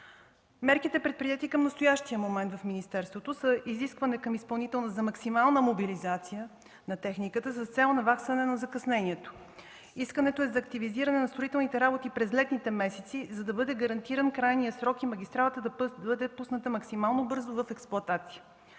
министерството към настоящия момент, са следните: изискване към изпълнителя за максимална мобилизация на техниката с цел наваксване на закъснението. Искането е за активизиране на строителните работи през летните месеци, за да бъде гарантиран крайният срок и магистралата да бъде пусната максимално бързо в експлоатация.